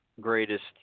greatest